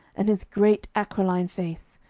and his great aquiline face,